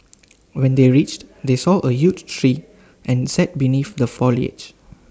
when they reached they saw A huge tree and sat beneath the foliage